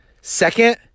Second